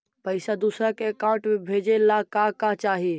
पैसा दूसरा के अकाउंट में भेजे ला का का चाही?